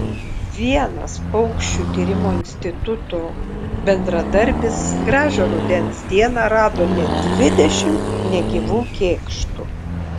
vienas paukščių tyrimo instituto bendradarbis gražią rudens dieną rado net dvidešimt negyvų kėkštų